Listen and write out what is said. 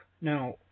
now